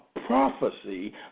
prophecy